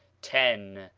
ten.